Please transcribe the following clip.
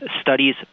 studies